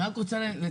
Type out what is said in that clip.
אני רק רוצה לציין,